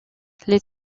les